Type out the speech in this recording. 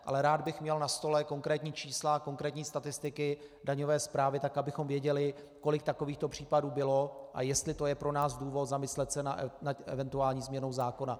Ale rád bych měl na stole konkrétní čísla a konkrétní statistiky daňové správy, tak abychom věděli, kolik takovýchto případů bylo a jestli to je pro nás důvod zamyslet se nad eventuální změnou zákona.